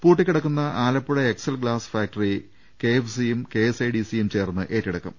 പൂട്ടിക്കിടക്കുന്ന Alappuzha Excel glass factory കെഎ ഫ്സിയും കെഎസ്ഐഡിസി യും ചേർന്ന് ഏറ്റെടുക്കും